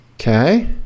Okay